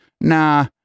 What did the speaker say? nah